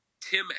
Tim